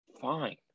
fine